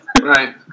Right